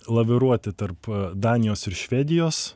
laviruoti tarp danijos ir švedijos